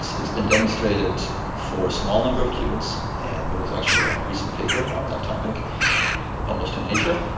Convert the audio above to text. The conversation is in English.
it's it's been demonstrated for a small number of cubits, and there was actually a recent paper on that topic published in nature,